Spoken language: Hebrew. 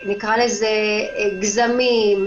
גזם,